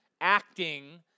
acting